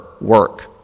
work